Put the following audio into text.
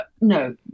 no